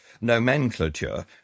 nomenclature